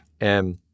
And-